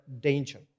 danger